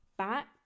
Back